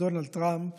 דונלד טראמפ